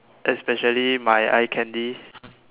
especially my eye candy